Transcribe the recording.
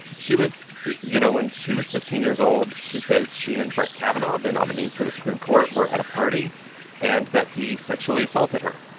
she was you know, when she was fifteen years old, she says she and brett kavanaugh, the nominee for the supreme court, were at a party and that he sexually assaulted her.